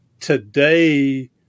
today